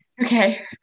Okay